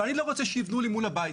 אבל אני לא רוצה שיבנו לי מול הבית.